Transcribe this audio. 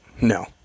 no